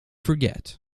forget